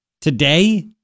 today